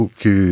que